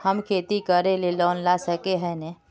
हम खेती करे ले लोन ला सके है नय?